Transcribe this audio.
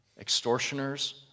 extortioners